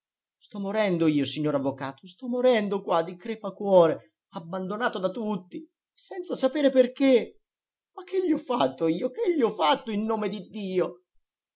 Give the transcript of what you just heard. sto morendo io signor avvocato sto morendo qua di crepacuore abbandonato da tutti senza sapere perché ma che gli ho fatto io che gli ho fatto in nome di dio